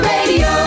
Radio